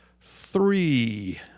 three